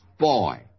boy